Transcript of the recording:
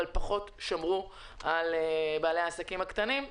אבל פחות שמרו על בעלי העסקים הקטנים.